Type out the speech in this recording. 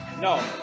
no